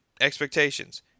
expectations